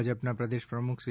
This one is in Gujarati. ભાજપ ના પ્રદેશ પ્રમુખ સી